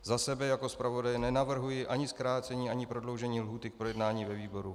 Za sebe jako zpravodaje nenavrhuji ani zkrácení ani prodloužení lhůty k projednání ve výboru.